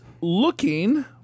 looking